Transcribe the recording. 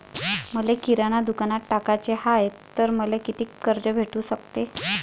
मले किराणा दुकानात टाकाचे हाय तर मले कितीक कर्ज भेटू सकते?